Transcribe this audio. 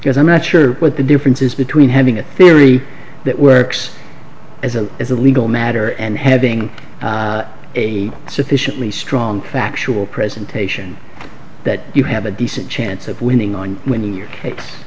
because i'm not sure what the difference is between having a theory that works as a as a legal matter and having a sufficiently strong factual presentation that you have a decent chance of winning on winning your ca